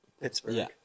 Pittsburgh